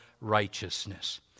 righteousness